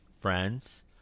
friends